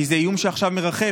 כי זה איום שעכשיו מרחף,